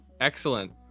Excellent